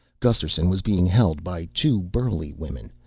gusterson was being held by two burly women,